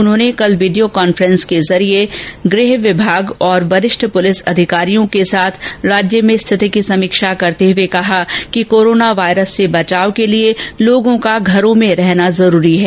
उन्होंने कल video conferencing के जरिए गृह विभाग और वरिष्ठ पूलिस अधिकारियों के साथ राज्य में स्थिति की समीक्षा करते हुए कहा कि कोरोना वायरस से बचाव के लिए लोगों का घरों में रहना जरूरी है